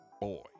boy